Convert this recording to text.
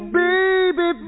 baby